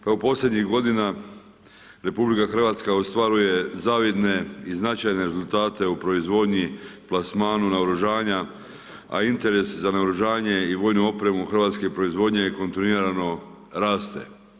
Kao posljednjih g. RH ostvaruje zavidne i značajne rezultate u proizvodnji, plasmanu, naoružanja, a interesi za naoružanje i vojnu opremu hrvatske proizvodnje kontinuirano raste.